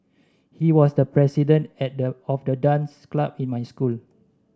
he was the president at the of the dance club in my school